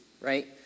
right